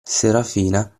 serafina